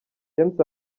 james